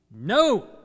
No